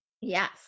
Yes